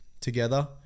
together